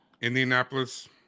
Indianapolis